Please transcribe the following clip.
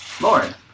Lauren